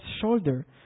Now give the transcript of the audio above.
shoulder